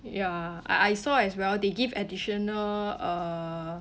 ya I I saw as well they give additional uh